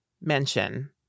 mention